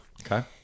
Okay